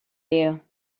you